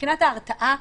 מבחינת ההרתעה,